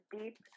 deep